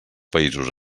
països